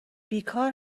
بیکار